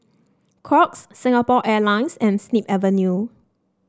Crocs Singapore Airlines and Snip Avenue